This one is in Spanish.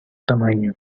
tamaño